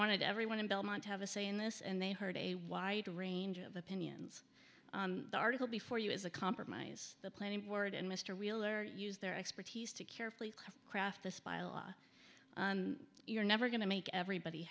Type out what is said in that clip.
wanted everyone in belmont to have a say in this and they heard a wide range of opinions the article before you is a compromise the planning board and mr wheeler use their expertise to carefully craft this by a law you're never going to make everybody